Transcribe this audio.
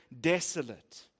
desolate